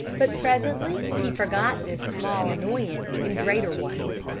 but presently he forgot this small annoyance in greater ones.